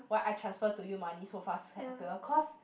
why I transfer to you money so fast cause